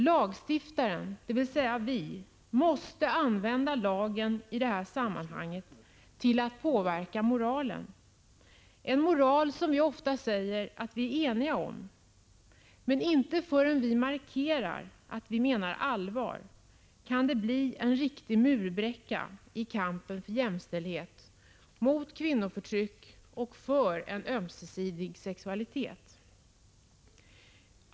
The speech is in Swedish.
Lagstiftaren, dvs. vi, måste använda lagen i det här sammanhanget till att påverka moralen — en moral som vi ofta säger att vi är eniga om. Men inte förrän vi markerar att vi menar allvar kan fördömandet av prostitutionen bli en riktig murbräcka i kampen för jämställdhet, mot kvinnoförtryck och för en ömsesidig sexualitet.